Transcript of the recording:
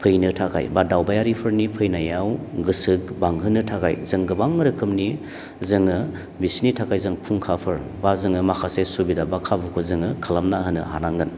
फैनो थाखाय बा दावबायारिफोरनि फैनायाव गोसो बांहोनो थाखाय जों गोबां रोखोमनि जोङो बिसिनि थाखाय जों फुंखाफोर बा जोङो माखासे सुबिदा बा खाबुखौ जोङो खालामना होनो हानांगोन